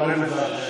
מספרים מזעזעים.